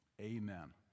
amen